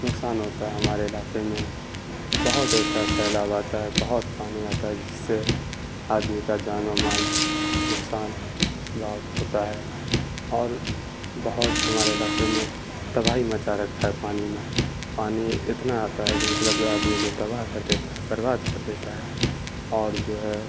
نقصان ہوتا ہے ہمارے علاقے میں بہت ایسا سیلاب آتا ہے بہت پانی آتا ہے جس سے آدمی کا جان و مال نقصان بہت ہوتا ہے اور بہت ہمارے علاقے میں تباہی مچا رکھا ہے پانی نے پانی اتنا آتا ہے جو مطلب کہ آدمی کو تباہ کر دیتا ہے برباد کر دیتا ہے اور جو ہے